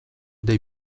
dei